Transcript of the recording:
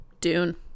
dune